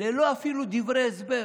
אפילו ללא דברי הסבר.